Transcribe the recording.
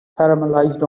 caramelized